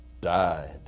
died